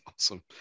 awesome